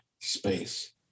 space